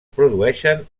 produeixen